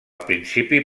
principi